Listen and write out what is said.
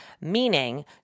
Meaning